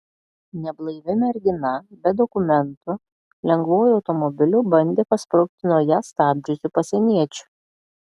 neblaivi mergina be dokumentų lengvuoju automobiliu bandė pasprukti nuo ją stabdžiusių pasieniečių